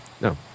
no